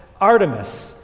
Artemis